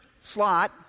slot